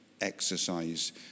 exercise